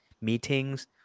meetings